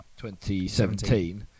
2017